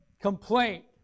complaint